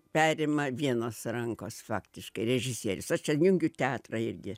perima vienos rankos faktiškai režisierius aš čia įjungiu teatrą irgi